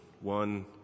One